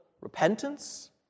repentance